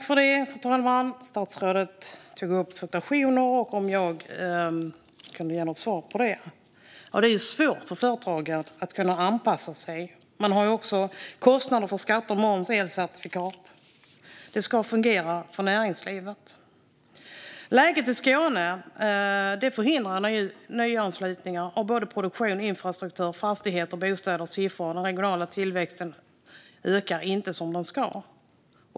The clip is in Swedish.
Fru talman! Statsrådet tog upp fluktuationer och undrade om jag kunde ge något svar på det. Det är svårt för företag att kunna anpassa sig. Det finns också kostnader för skatter, moms och elcertifikat. Det ska fungera för näringslivet. Läget i Skåne förhindrar nyanslutningar av produktion, infrastruktur, fastigheter och bostäder. Siffrorna visar att den regionala tillväxten inte ökar som den ska.